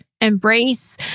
embrace